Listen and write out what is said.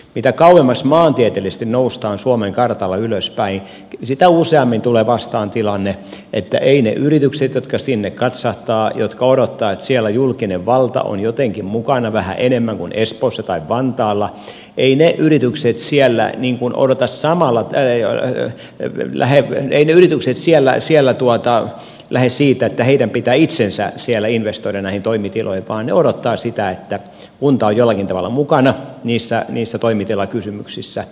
mitä kauemmas maantieteellisesti noustaan suomen kartalla ylöspäin sitä useammin tulee vastaan tilanne että eivät ne yritykset jotka sinne katsahtavat jotka odottavat että siellä julkinen valta on jotenkin mukana vähän enemmän kuin espoossa tai vantaalla eivät ne yritykset siellä niinku nuorta samalla ei ole hyvin lähelle edellytykset siellä lähde siitä että heidän pitää itsensä siellä investoida näihin toimitiloihin vaan ne odottavat sitä että kunta on jollakin tavalla mukana niissä toimitilakysymyksissä